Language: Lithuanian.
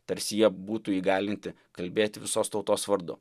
tarsi jie būtų įgalinti kalbėt visos tautos vardu